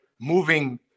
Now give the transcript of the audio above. moving